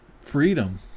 freedom